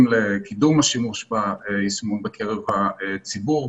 לקידום השימוש ביישומון בקרב הציבור.